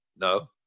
no